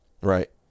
Right